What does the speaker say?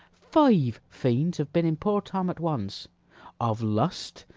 five fiends have been in poor tom at once of lust,